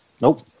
Nope